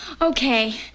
Okay